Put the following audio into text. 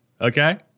Okay